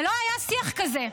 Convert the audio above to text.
ולא שיח כזה.